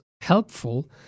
helpful